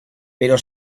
pero